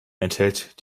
enthält